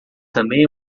também